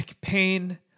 pain